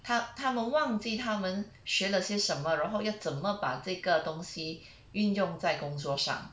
他他们忘记他们学了些什么然后要怎么把这个东西运用在工作上